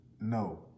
no